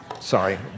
sorry